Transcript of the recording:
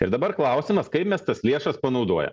ir dabar klausimas kaip mes tas lėšas panaudojam